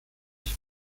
ich